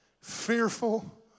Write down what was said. fearful